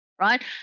right